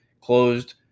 closed